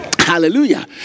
Hallelujah